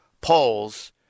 polls